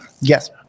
yes